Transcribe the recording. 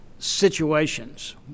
situations